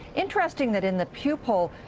interesting that in the pugh poll,